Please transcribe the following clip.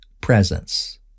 presence